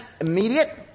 immediate